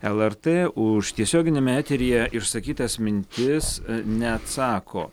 lrt už tiesioginiame eteryje išsakytas mintis neatsako